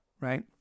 Right